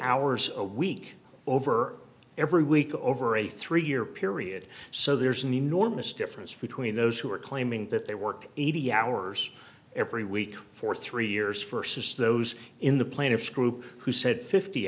hours a week over every week over a three year period so there's an enormous difference between those who are claiming that they work eighty hours every week for three years first as those in the plaintiff's group who said fifty